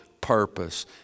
purpose